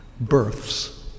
births